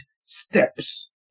steps